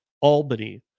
albany